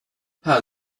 how